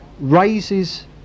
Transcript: raises